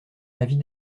avis